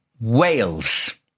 Wales